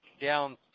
down